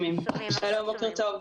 שלום, בוקר טוב.